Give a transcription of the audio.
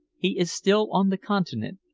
he is still on the continent.